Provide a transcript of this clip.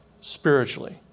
spiritually